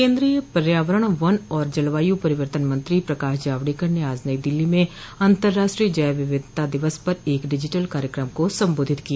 केन्द्रीय पर्यावरण वन और जलवायु परिवर्तन मंत्री प्रकाश जावडेकर ने आज नई दिल्ली में अंतराष्ट्रीय जैव विविधता दिवस पर एक डिजिटल कार्यक्रम को संबोधित किया